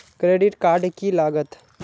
Credit card की लागत?